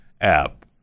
app